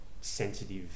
sensitive